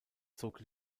zog